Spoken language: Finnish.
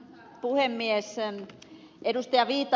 viitamies ja ed